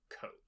coat